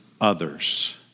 others